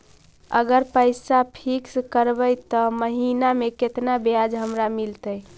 अगर पैसा फिक्स करबै त महिना मे केतना ब्याज हमरा मिलतै?